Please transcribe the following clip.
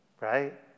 right